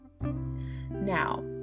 Now